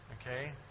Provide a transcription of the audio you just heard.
Okay